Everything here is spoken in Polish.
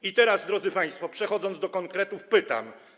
I teraz, drodzy państwo, przechodząc do konkretów, pytam: